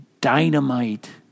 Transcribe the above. dynamite